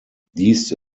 dies